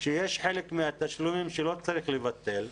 שיש חלק מהתשלומים שלא צריך לבטל.